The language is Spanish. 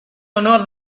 honor